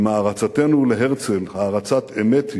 אם הערצתנו להרצל הערצת אמת היא,